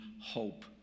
hope